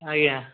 ଆଜ୍ଞା